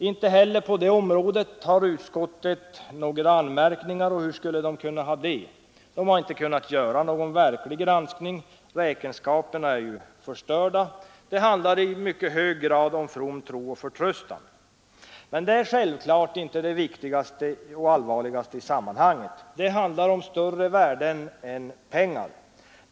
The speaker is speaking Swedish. Inte heller på det området har utskottet några anmärkningar. Och hur skulle utskottet kunna ha det? Utskottet har inte kunnat göra någon verklig granskning. Räkenskaperna är ju förstörda. Det handlar alltså i mycket hög grad om from tro och förtröstan. Men detta är självklart inte det allvarligaste i sammanhanget. Det handlar om större värden än pengar.